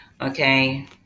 Okay